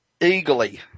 eagerly